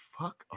fuck